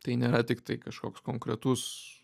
tai nėra tiktai kažkoks konkretus